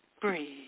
Breathe